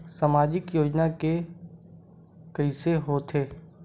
सामाजिक योजना के कइसे होथे?